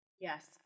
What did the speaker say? Yes